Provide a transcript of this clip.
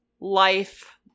life